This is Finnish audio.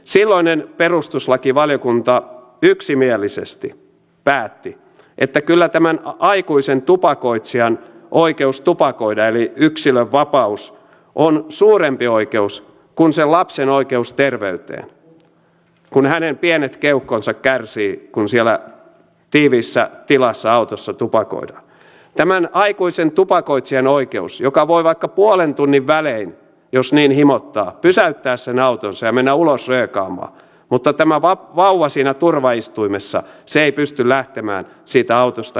silloinen perustuslakivaliokunta yksimielisesti päätti että kyllä tämän aikuisen tupakoitsijan oikeus tupakoida eli yksilönvapaus on suurempi oikeus kuin sen lapsen oikeus terveyteen kun hänen pienet keuhkonsa kärsivät kun siellä tiiviissä tilassa autossa tupakoidaan tämän aikuisen tupakoitsijan oikeus joka voi vaikka puolen tunnin välein jos niin himottaa pysäyttää sen autonsa ja mennä ulos röökaamaan mutta tämä vauva siinä turvaistuimessa ei pysty lähtemään siitä autosta yhtään mihinkään